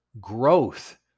Growth